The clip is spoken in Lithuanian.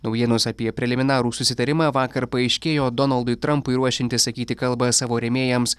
naujienos apie preliminarų susitarimą vakar paaiškėjo donaldui trampui ruošiantis sakyti kalbą savo rėmėjams